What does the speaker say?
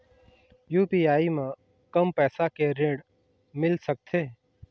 UPI म कम पैसा के ऋण मिल सकथे?